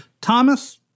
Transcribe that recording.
Thomas